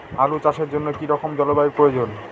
আলু চাষের জন্য কি রকম জলবায়ুর প্রয়োজন?